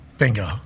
bingo